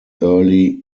early